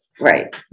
Right